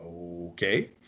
Okay